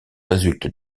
résulte